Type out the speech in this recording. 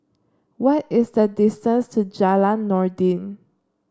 what is the distance to Jalan Noordin